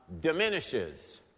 diminishes